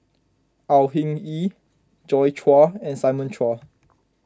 Au Hing Yee Joi Chua and Simon Chua